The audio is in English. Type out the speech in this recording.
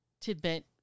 tidbit